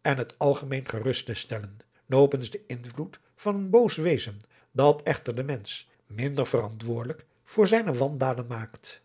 en het algemeen gerust te stellen nopens den invloed van een boos wezen dat echter den mensch minder verantwoordelijk voor zijne wandaden maakt